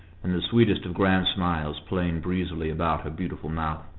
and the sweetest of grand smiles playing breezily about her beautiful mouth.